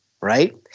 right